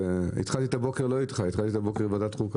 התחלתי את הבוקר לא איתך, אלא עם ועדת החוקה.